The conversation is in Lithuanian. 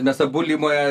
mes mes abu limoje